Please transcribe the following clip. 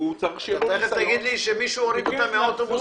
תיכף תגיד לי שמישהו הוריד אותם מהאוטובוס